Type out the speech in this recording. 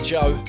Joe